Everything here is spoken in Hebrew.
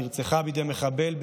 נרצחה בידי מחבל,